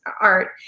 art